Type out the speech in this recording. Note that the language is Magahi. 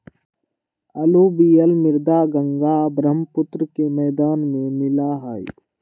अलूवियल मृदा गंगा बर्ह्म्पुत्र के मैदान में मिला हई